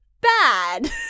bad